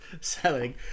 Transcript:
selling